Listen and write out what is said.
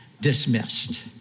dismissed